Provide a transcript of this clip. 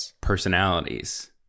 personalities